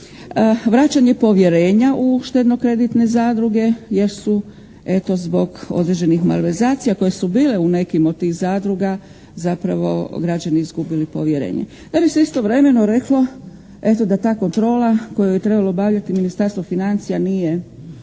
vraćanje povjerenja u štedno-kreditne zadruge jer su eto zbog određenih malverzacija koje su bile u nekim od tih zadruga zapravo građani izgubili povjerenje. Da bi se istovremeno reklo eto da ta kontrola koju je trebalo obavljati Ministarstvo financija nije